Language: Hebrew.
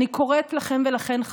אני קוראת לכם ולכן,